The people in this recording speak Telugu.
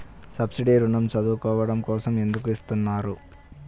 సబ్సీడీ ఋణం చదువుకోవడం కోసం ఎందుకు ఇస్తున్నారు?